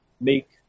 make